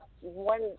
one